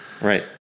Right